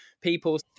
people